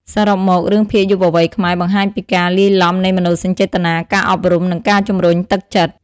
សរុបមក រឿងភាគយុវវ័យខ្មែរបង្ហាញពីការលាយឡំនៃមនោសញ្ចេតនា ការអប់រំ និងការជំរុញទឹកចិត្ត។